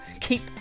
Keep